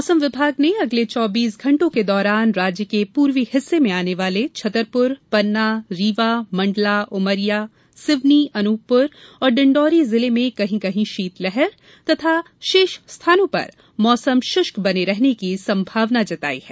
मौसम विभाग ने अगले चौबीस घंटों के दौरान राज्य के पूर्वी हिस्से में आने वाले छतरपुर पन्ना रीवा मंडला उमरिया सिवनी अन्पपुर एवं डिंडौरी जिले में कहीं कहीं शीतलहर और शेष स्थानों पर मौसम शुष्क बने रहने की संभावना जताई है